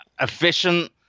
Efficient